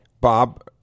Bob